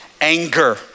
anger